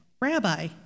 Rabbi